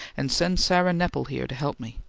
and send sarah nepple here to help me.